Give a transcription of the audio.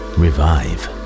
revive